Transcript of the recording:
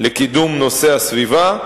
לקידום נושא הסביבה.